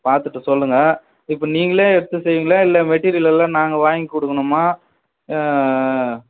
பார்த்துட்டு சொல்லுங்கள் இப்போ நீங்களே எடுத்து செய்வீங்களா இல்லை மெட்டீரியல் எல்லாம் நாங்கள் வாங்கி கொடுக்கணுமா